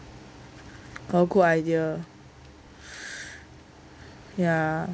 oh good idea